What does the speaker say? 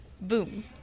Boom